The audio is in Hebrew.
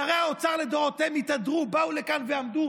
שרי האוצר לדורותיהם באו לכאן ועמדו